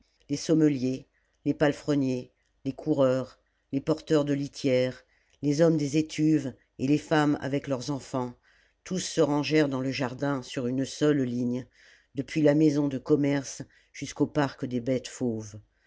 les sommeliers les palefreniers les coureurs les porteurs de litière les hommes des étuves et les femmes avec leurs enfants tous se rangèrent dans le jardin sur une seule ligne depuis la maison de commerce jusqu'au parc des bêtes fauves